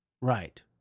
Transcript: Right